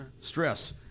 Stress